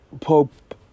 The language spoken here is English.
Pope